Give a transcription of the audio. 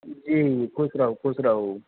जी खुश रहु खुश रहु